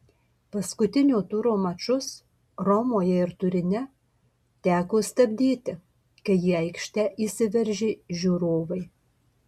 paskutinio turo mačus romoje ir turine teko stabdyti kai į aikštę įsiveržė žiūrovai